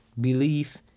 belief